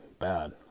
bad